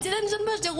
מצידי אני יישן בשירותים,